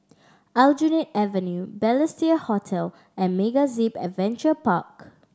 Aljunied Avenue Balestier Hotel and MegaZip Adventure Park